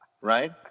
right